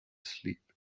sleep